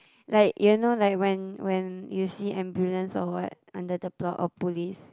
like you know like when when you see ambulance or what under the block or police